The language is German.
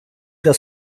das